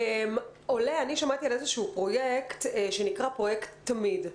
שמעתי על פרויקט שנקרא "פרויקט תמיד"